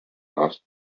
asked